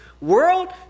world